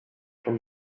from